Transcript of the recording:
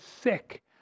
sick